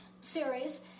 series